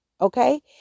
Okay